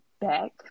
back